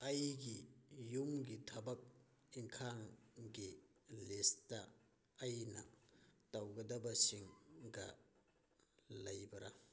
ꯑꯩꯒꯤ ꯌꯨꯝꯒꯤ ꯊꯕꯛ ꯏꯪꯈꯥꯡꯒꯤ ꯂꯤꯁꯇ ꯑꯩꯅ ꯇꯧꯒꯗꯕꯁꯤꯡꯒ ꯂꯩꯕꯔꯥ